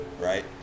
right